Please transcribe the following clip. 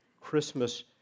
Christmas